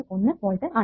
1 volt ആണ്